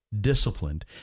disciplined